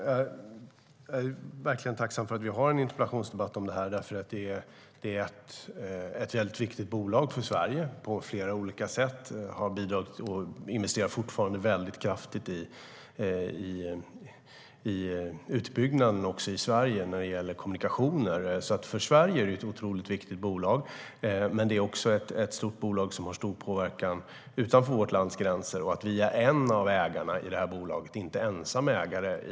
Herr talman! Jag är tacksam över att vi har en interpellationsdebatt om detta. Telia Sonera är ett viktigt bolag för Sverige på flera olika sätt. Det har bidragit till och investerar fortfarande kraftigt i utbyggnaden av kommunikationer i Sverige. Det är ett otroligt viktigt bolag för Sverige, men det har också stor påverkan utanför vårt lands gränser. Vi är en av ägarna i bolaget, men vi är inte ensam ägare.